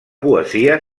poesia